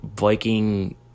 Viking